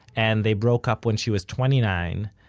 and they broke up when she was twenty-nine,